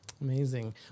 Amazing